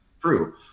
true